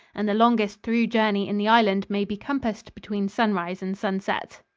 and the longest through journey in the island may be compassed between sunrise and sunset.